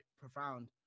profound